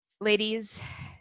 ladies